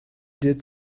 did